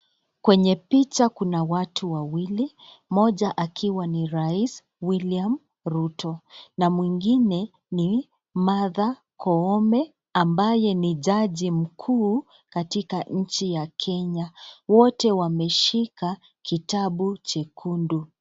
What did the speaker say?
Kwenye picha kuna watu wawili, mmoja akiwa ni Rais William Ruto, na mwingine ni Martha Koome ambaye ni jaji mkuu, katika nchi ya Kenya. Wote wameshika kitabu chekundu.